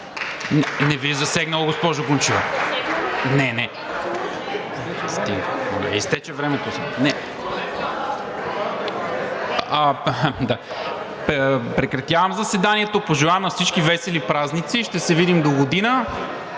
Не Ви е засегнал, госпожо Гунчева, не, не. Изтече времето. Прекратявам заседанието. Пожелавам на всички весели празници и ще се видим догодина.